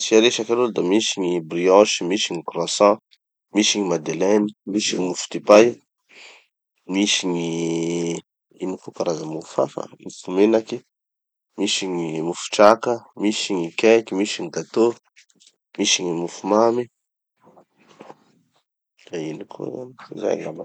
asia resaky aloha da misy gny brioche, misy gny croissant, misy gny madeleine, misy gny mofodipay, misy gny ino koa karaza mofo hafa, mofo menaky, misy gny mofo traka, misy gny cake, misy gny gateau, misy gny mofo mamy, da ino koa zany, zay angamba.